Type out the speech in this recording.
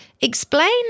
explain